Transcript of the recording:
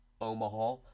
Omaha